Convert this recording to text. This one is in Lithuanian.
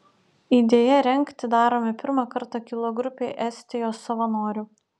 idėja rengti darome pirmą kartą kilo grupei estijos savanorių